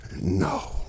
No